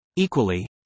Equally